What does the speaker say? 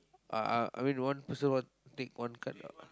uh I I mean one person want take one card or not